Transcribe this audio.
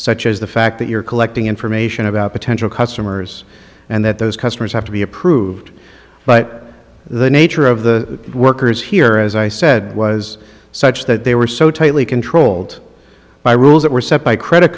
such as the fact that you're collecting information about potential customers and that those customers have to be approved but the nature of the workers here as i said was such that they were so tightly controlled by rules that were set by credi